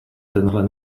tenhle